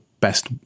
Best